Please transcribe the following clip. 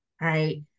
right